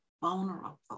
vulnerable